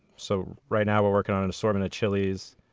so, right now we're working on an assortment of chilies,